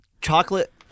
Chocolate